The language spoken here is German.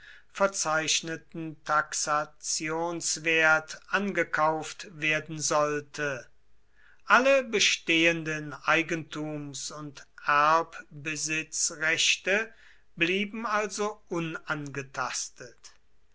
verzeichneten taxationswert angekauft werden sollte alle bestehenden eigentums und erbbesitzrechte blieben also unangetastet